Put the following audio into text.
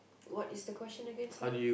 what is the question again sorry